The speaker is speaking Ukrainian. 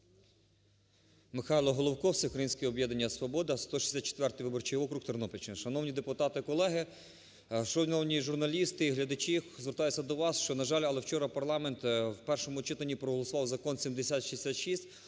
Михайло Головко, Всеукраїнське об'єднання "Свобода", 164 виборчий округ, Тернопільщина. Шановні депутати колеги! Шановні журналісти і глядачі! Звертаюся до вас, що, на жаль. але вчора парламент в першому читанні проголосував Закон 7066,